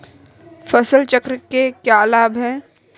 फसल चक्र के क्या लाभ हैं?